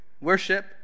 worship